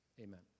Amen